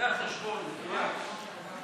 זה החשבון המדויק.